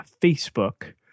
Facebook